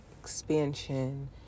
expansion